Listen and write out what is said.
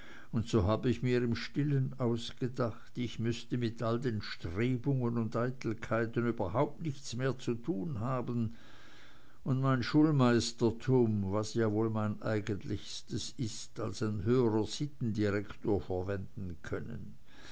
und so hab ich mir im stillen ausgedacht ich müßte mit all den strebungen und eitelkeiten überhaupt nichts mehr zu tun haben und mein schulmeistertum was ja wohl mein eigentliches ist als ein höherer sittendirektor verwenden können